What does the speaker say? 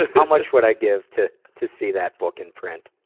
how much would i give to to see that book in print?